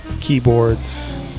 keyboards